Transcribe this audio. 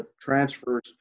transfers